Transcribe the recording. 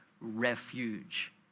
refuge